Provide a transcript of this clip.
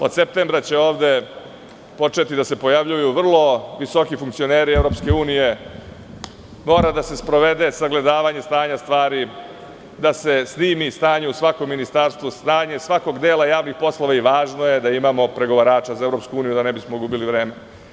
Od septembra će ovde početi da se pojavljuju vrlo visoki funkcioneri EU, mora da se sprovede sagledavanje stanja stvari, da se snimi stanje u svakom ministarstvu, stanje svakog dela javnih poslova i važno je da imamo pregovorača za EU, da ne bismo gubili vreme.